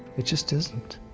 it just isn't.